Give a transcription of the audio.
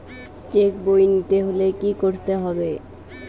Check বই নিতে হলে কি করতে হবে?